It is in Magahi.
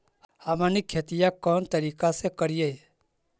हमनी खेतीया कोन तरीका से करीय?